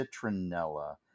citronella